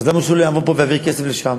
אז למה שהוא לא יעבוד פה ויעביר כסף לשם?